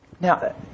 Now